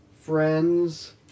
friends